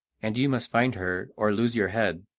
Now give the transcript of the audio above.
and you must find her or lose your head.